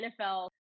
NFL